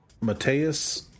Mateus